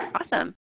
Awesome